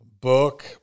book